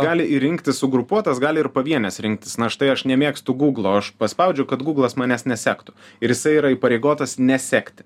gali ir rinktis sugrupuotas gali ir pavienes rinktis na štai aš nemėgstu gūglo aš paspaudžiau kad gūglas manęs nesektų ir jisai yra įpareigotas nesekti